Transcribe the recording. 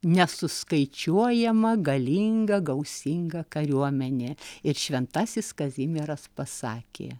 nesuskaičiuojama galinga gausinga kariuomenė ir šventasis kazimieras pasakė